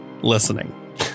listening